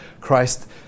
Christ